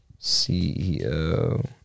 CEO